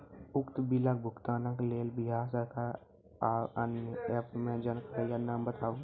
उक्त बिलक भुगतानक लेल बिहार सरकारक आअन्य एप के जानकारी या नाम बताऊ?